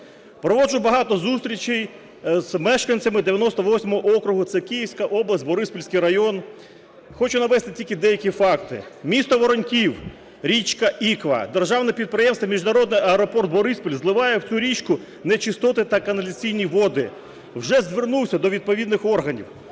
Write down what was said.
Проводжу багато зустрічей з мешканцями 98 округу, це Київська область Бориспільський район. Хочу навести тільки деякі факти. Місто Вороньків, річка Іква, Державне підприємство "Міжнародний аеропорт "Бориспіль" зливає в цю річку нечистоти та каналізаційні води. Вже звернувся до відповідних органів.